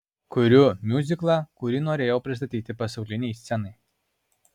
kuriu miuziklą kurį norėjau pristatyti pasaulinei scenai